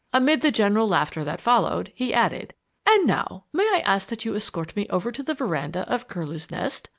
amid the general laughter that followed, he added and now, may i ask that you escort me over to the veranda of curlew's nest?